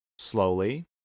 Slowly